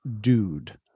dude